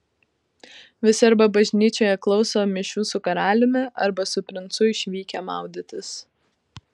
visi arba bažnyčioje klauso mišių su karaliumi arba su princu išvykę maudytis